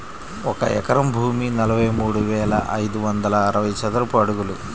ఒక ఎకరం భూమి నలభై మూడు వేల ఐదు వందల అరవై చదరపు అడుగులు